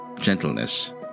gentleness